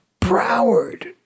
Broward